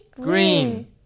Green